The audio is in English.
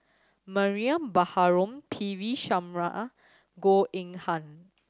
Mariam Baharom P V Sharma Goh Eng Han